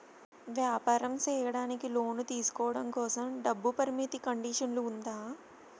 వ్యాపారం సేయడానికి లోను తీసుకోవడం కోసం, డబ్బు పరిమితి కండిషన్లు ఉందా?